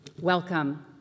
Welcome